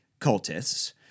cultists